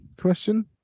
question